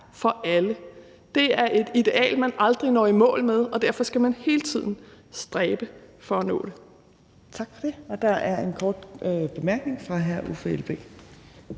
for alle. Det er et ideal, man aldrig når i mål med, og derfor skal man hele tiden stræbe efter at nå det.